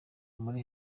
muri